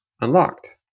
unlocked